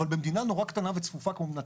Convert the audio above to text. אבל במדינה נורא קטנה וצפופה כמו מדינת